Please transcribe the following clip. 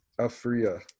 Afria